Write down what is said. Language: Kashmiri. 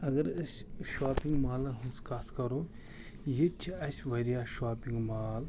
اگر أسۍ شاپِنٛگ مالَن ہنٛز کتھ کرو ییٚتہِ چھِ اسہِ واریاہ شاپِنٛگ مال